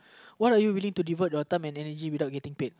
what are you willing to devote you time and energy without getting paid